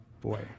Boy